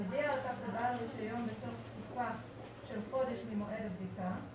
יודיע על כך לבעל הרישיון בתוך תקופה של חודש ממועד הבדיקה.